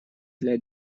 для